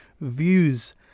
views